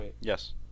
Yes